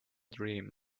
dream